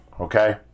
okay